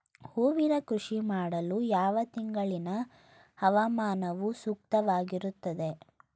ಹೂವಿನ ಕೃಷಿ ಮಾಡಲು ಯಾವ ತಿಂಗಳಿನ ಹವಾಮಾನವು ಸೂಕ್ತವಾಗಿರುತ್ತದೆ?